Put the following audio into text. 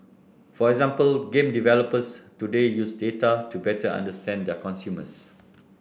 for example game developers today use data to better understand their consumers